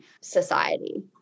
society